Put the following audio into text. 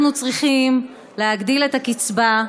אנחנו צריכים להגדיל את הקצבה,